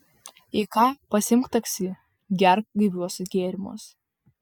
jei ką pasiimk taksi gerk gaiviuosius gėrimus